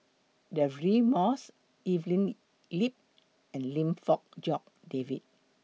Deirdre Moss Evelyn Lip and Lim Fong Jock David